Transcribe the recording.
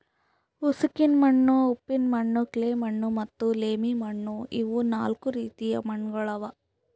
ಉಸುಕಿನ ಮಣ್ಣು, ಉಪ್ಪಿನ ಮಣ್ಣು, ಕ್ಲೇ ಮಣ್ಣು ಮತ್ತ ಲೋಮಿ ಮಣ್ಣು ಇವು ನಾಲ್ಕು ರೀತಿದು ಮಣ್ಣುಗೊಳ್ ಅವಾ